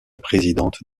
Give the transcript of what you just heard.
présidente